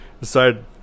decide